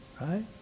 right